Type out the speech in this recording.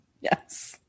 Yes